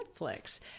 Netflix